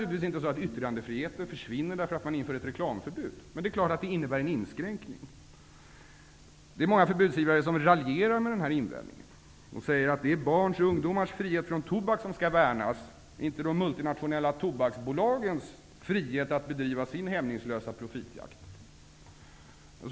Yttrandefriheten försvinner naturligtvis inte därför att man inför ett reklamförbud, men det är klart att det innebär en inskränkning. Många förbudsivrare raljerar med den här invändningen och säger att det är barns och ungdomars frihet från tobak som skall värnas, inte de multinationella tobaksbolagens frihet att bedriva sin hämningslösa profitjakt.